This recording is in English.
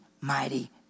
mighty